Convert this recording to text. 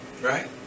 Right